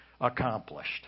accomplished